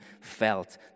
felt